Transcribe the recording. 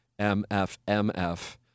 MFMF